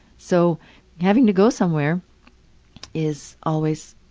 so having to go somewhere is always